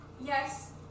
Yes